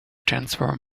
transform